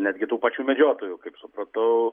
netgi tų pačių medžiotojų kaip supratau